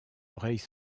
oreilles